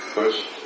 First